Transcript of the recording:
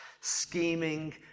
scheming